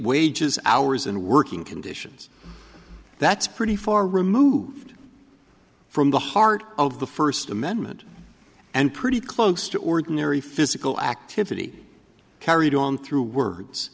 wages hours and working conditions that's pretty far removed from the heart of the first amendment and pretty close to ordinary physical activity carried on through words